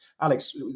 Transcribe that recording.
Alex